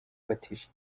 batesha